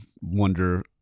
wonder